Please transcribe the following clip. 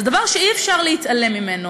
זה דבר שאי-אפשר להתעלם ממנו.